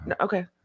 Okay